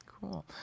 Cool